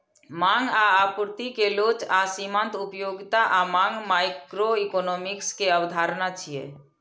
मांग आ आपूर्ति के लोच आ सीमांत उपयोगिता आ मांग माइक्रोइकोनोमिक्स के अवधारणा छियै